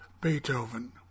Beethoven